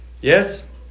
Yes